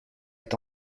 est